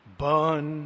burn